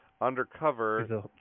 undercover